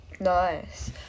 Nice